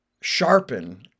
sharpen